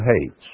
hates